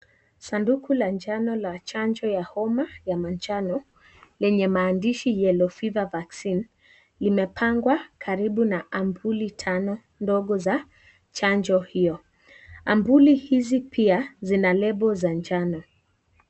Sanduku la njano la chanjo ya homa ya manjano , yenye maandishi Yellow Fever Vaccine imepangwa karibu na ampuli tano ndogo za chanjo hio, ampuli hizi pia zina lebo za njano.